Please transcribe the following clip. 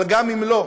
אבל גם אם לא,